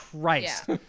Christ